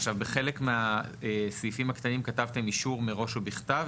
עכשיו בחלק מהסעיפים הקטנים כתבתם אישור מראש ובכתב,